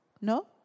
No